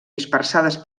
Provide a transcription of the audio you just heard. dispersades